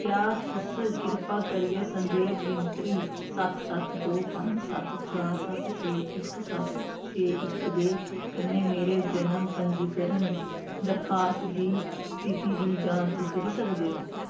क्या तुस कृपा करियै संदेव गिनतरी सत्त सत्त दो पंज सत्त चार सत्त छे इक सत्त छे इक दे कन्नै मेरे जनम पंजीकरण दरखास्त दी स्थिति दी जांच करी सकदे ओ